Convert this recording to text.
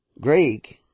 Greek